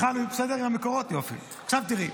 תראי,